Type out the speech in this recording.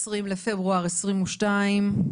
היום ה-20 בפברואר 2022,